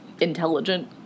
intelligent